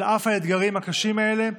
על אף האתגרים הקשים האלה,